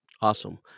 Awesome